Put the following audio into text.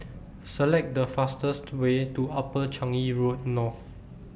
Select The fastest Way to Upper Changi Road North